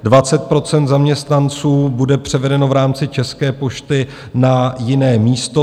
20 % zaměstnanců bude převedeno v rámci České pošty na jiné místo.